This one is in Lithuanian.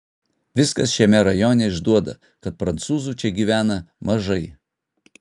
viskas šiame rajone išduoda kad prancūzų čia gyvena mažai